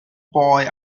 boy